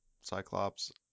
Cyclops